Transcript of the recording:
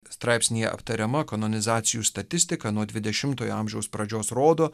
straipsnyje aptariama kanonizacijų statistika nuo dvidešimtojo amžiaus pradžios rodo